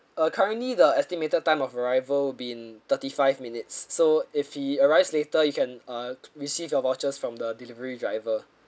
uh currently the estimated time of arrival would been thirty-five minutes so if he arrive later you can uh receive your vouchers from the delivery driver